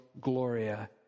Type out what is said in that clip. Gloria